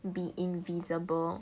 be invisible